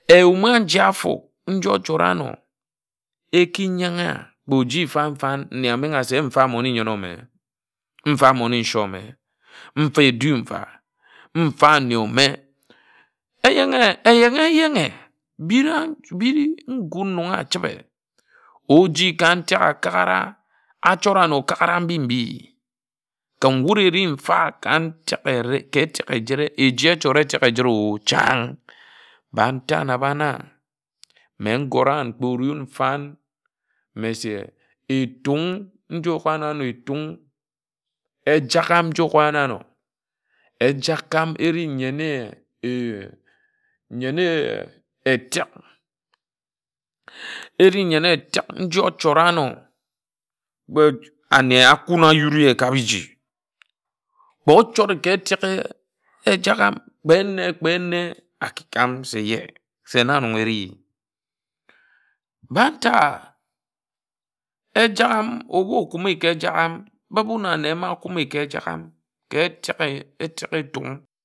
Eyum aji afo nji ochort anó eki yan̄ kpe oji fan̄ fan̄ nne a mengha se mfa mmone-nyen ōme mfa mmone nshóme mfa edu mfa mfa nne ōme eyenghe eyenghe-eyenghe biri ngun nnon achibe oji ka ntak akakara achora okakara mbi mbi kun wud eri mfa ka etek ejire eji echora etek eyire o chań mba ta nta ba na mme ngora wun kpe orún fań mme se Etung nji oyuk ga na wun Etung ejagham nji oyuk a na áno Ejagham eri nyene etek eri nyene etek ni ochore ano but ane akumi ayud ye ka biji kpo ochort ka etek ejagham kpe nne kpe nne aki kam se ye se na nnon eri bań nta Ejagham ebu okumi ka Ejagham bāk ebu na nde mba kumi ka ejagham ka etek ka etek Etung.